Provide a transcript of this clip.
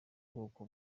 bwoko